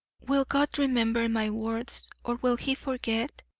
will god remember my words, or will he forget?